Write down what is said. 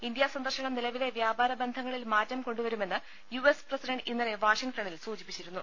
India സന്ദർശനം നിലവിലെ വ്യാപാര ബന്ധങ്ങളിൽ മാറ്റം കൊണ്ടുവരുമെന്ന് യു എസ് പ്രസിഡണ്ട് ഇന്നലെ വാഷിംഗ്ടണിൽ സൂചിപ്പിച്ചിരുന്നു